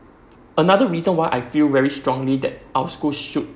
another reason why I feel very strongly that our schools should